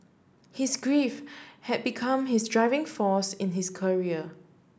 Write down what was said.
his grief had become his driving force in his career